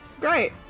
Great